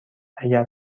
اگر